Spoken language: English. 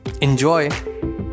Enjoy